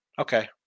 Okay